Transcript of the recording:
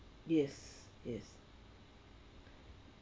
yes yes